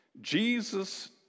Jesus